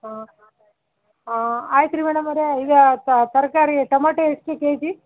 ಹಾಂ ಆಯ್ತು ರೀ ಮೇಡಮ್ಮೋರೆ ಈಗ ತರಕಾರಿ ಟಮೊಟೇ ಎಷ್ಟು ಕೆ ಜಿ